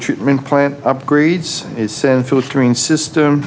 treatment plant upgrades is sent filtering system